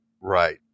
Right